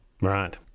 Right